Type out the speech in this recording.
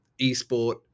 eSport